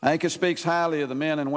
i think it speaks highly of the men and